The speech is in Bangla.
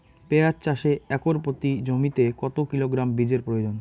পেঁয়াজ চাষে একর প্রতি জমিতে কত কিলোগ্রাম বীজের প্রয়োজন?